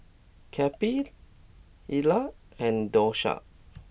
Cappie Ila and Doshia